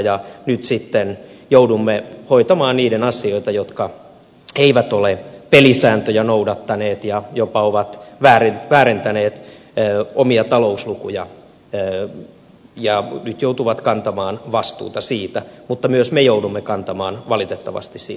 nyt sitten joudumme hoitamaan niiden asioita jotka eivät ole pelisääntöjä noudattaneet ja jopa ovat väärentäneet omia talouslukujaan ja nyt joutuvat kantamaan vastuuta siitä mutta myös me joudumme kantamaan valitettavasti siitä vastuuta